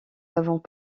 avons